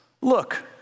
look